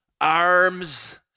arms